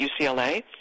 UCLA